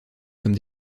comme